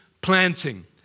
planting